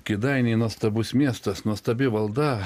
kėdainiai nuostabus miestas nuostabi valda